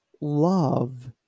love